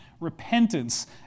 repentance